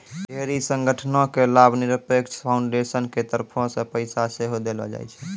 ढेरी संगठनो के लाभनिरपेक्ष फाउन्डेसन के तरफो से पैसा सेहो देलो जाय छै